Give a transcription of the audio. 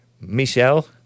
Michelle